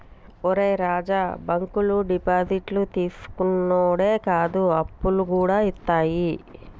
ఒరే రాజూ, బాంకులు డిపాజిట్లు తీసుకునుడే కాదు, అప్పులుగూడ ఇత్తయి